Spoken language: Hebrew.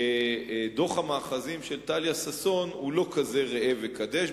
שדוח המאחזים של טליה ששון הוא לא כזה ראה וקדש.